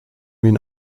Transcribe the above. mean